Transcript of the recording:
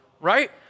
right